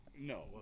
No